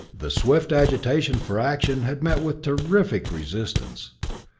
the swift agitation for action had met with terrific resistance.